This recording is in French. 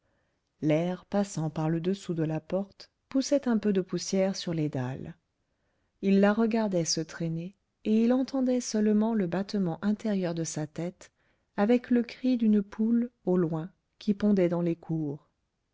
l'air passant par le dessous de la porte poussait un peu de poussière sur les dalles il la regardait se traîner et il entendait seulement le battement intérieur de sa tête avec le cri d'une poule au loin qui pondait dans les cours